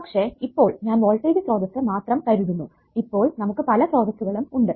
പക്ഷെ ഇപ്പോൾ ഞാൻ വോൾടേജ് സ്രോതസ്സ് മാത്രം കരുതുന്നു ഇപ്പോൾ നമുക്ക് പല സ്രോതസ്സുകളും ഉണ്ട്